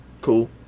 cool